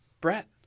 Brett